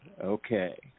Okay